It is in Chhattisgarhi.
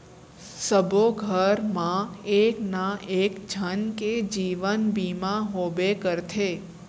सबो घर मा एक ना एक झन के जीवन बीमा होबे करथे